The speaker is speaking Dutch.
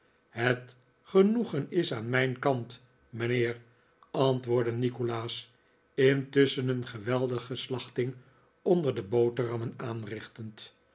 het genoegen is aan mijn kant mijnheer antwoordde nikolaas intusschen een geweldige slachting onder de boterhammen aanrichtend